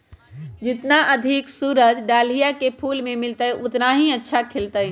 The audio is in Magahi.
जितना अधिक सूरज डाहलिया के फूल मिलतय, उतना ही अच्छा खिलतय